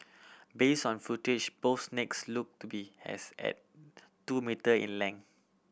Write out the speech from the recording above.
base on footage both snakes looked to be as at two metre in length